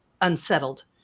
unsettled